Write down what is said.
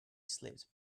slipped